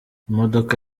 imodoka